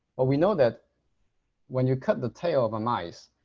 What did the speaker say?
well we know that when you cut the tail of a mice,